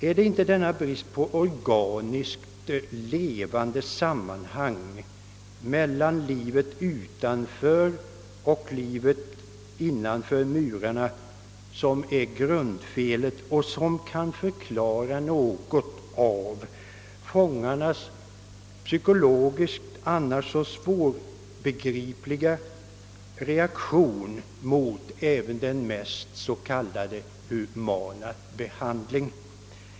Är det inte denna brist på organiskt levande samband mellan livet utanför och livet innanför murarna som är grundfelet och som kan förklara något av fångarnas psykologiskt annars svårbegripliga reaktioner mot även den mest »humana» behandling?